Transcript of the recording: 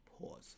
pause